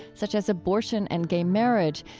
such as abortion and gay marriage,